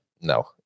No